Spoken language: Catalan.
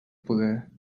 poder